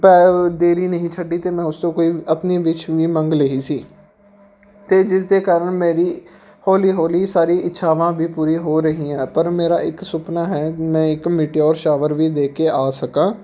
ਭਾਵ ਦੇਰੀ ਨਹੀਂ ਛੱਡੀ ਤੇ ਮੈਂ ਉਸਤੋਂ ਕੋਈ ਆਪਣੀ ਵਿਸ਼ ਵੀ ਮੰਗ ਲਈ ਸੀ ਅਤੇ ਜਿਸਦੇ ਕਾਰਨ ਮੇਰੀ ਹੌਲੀ ਹੌਲੀ ਸਾਰੀ ਇੱਛਾਵਾਂ ਵੀ ਪੂਰੀ ਹੋ ਰਹੀਆਂ ਪਰ ਮੇਰਾ ਇੱਕ ਸੁਪਨਾ ਹੈ ਮੈਂ ਇੱਕ ਮਿਟੇਔਰ ਸ਼ਾਵਰ ਵੀ ਦੇਖ ਕੇ ਆ ਸਕਾਂ